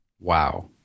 Wow